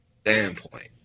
standpoint